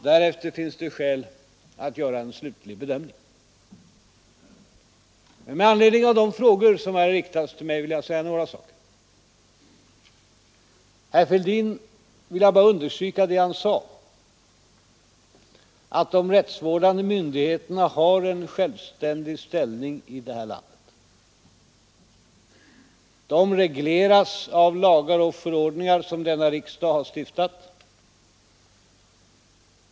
Därefter finns det skäl att göra en slutlig bedömning. Men med anledning av de frågor som här riktats till mig vill jag göra några uttalanden. För herr Fälldin vill jag bara understryka vad han själv sade — att de rättsvårdande myndigheterna har en självständig ställning i vårt land. De regleras av lagar och förordningar som denna riksdag har stiftat.